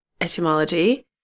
etymology